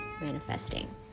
manifesting